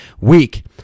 week